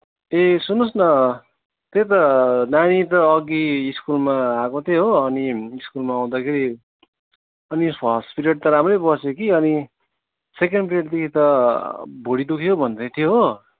ए सुन्नुहोस् न त्यही त नानी त अघि स्कुलमा आएको थियो हो अनि स्कुलमा आउँदाखेरि अनि यसो फर्स्ट पिरियड त राम्रै बस्यो कि अनि सेकेन्ड पिरियडदेखि त भुँडी दुख्यो भन्दै थियो हो